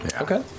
Okay